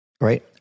Right